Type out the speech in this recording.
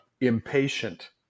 impatient